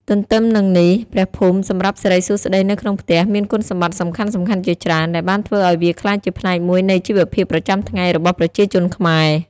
ទន្ទឹមនឹងនេះព្រះភូមិសម្រាប់សិរីសួស្តីនៅក្នុងផ្ទះ មានគុណសម្បត្តិសំខាន់ៗជាច្រើន ដែលបានធ្វើឱ្យវាក្លាយជាផ្នែកមួយនៃជីវភាពប្រចាំថ្ងៃរបស់ប្រជាជនខ្មែរ។